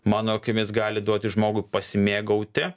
mano akimis gali duoti žmogui pasimėgauti